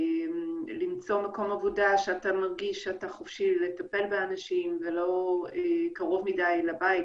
למצוא מקום עבודה שאתה מרגיש שאתה חופשי לטפל באנשים ולא קרוב מדי לבית,